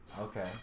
Okay